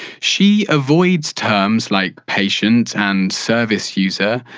she avoids terms like patient and service user,